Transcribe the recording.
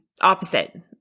opposite